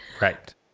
Right